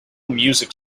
music